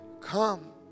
come